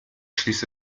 schließe